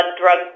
drug